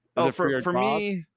ah for for me,